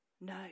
no